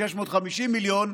650 מיליון,